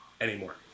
anymore